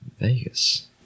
Vegas